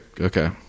okay